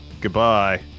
Goodbye